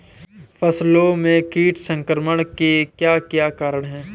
फसलों में कीट संक्रमण के क्या क्या कारण है?